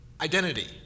Identity